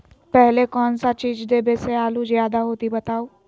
पहले कौन सा चीज देबे से आलू ज्यादा होती बताऊं?